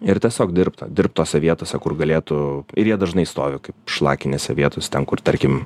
ir tiesiog dirbt dirbt tose vietose kur galėtų ir jie dažnai stovi kaip šlakinėse vietos ten kur tarkim